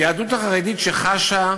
היהדות החרדית, שחשה,